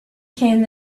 came